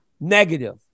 negative